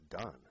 done